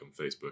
Facebook